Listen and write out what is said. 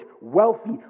wealthy